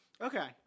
Okay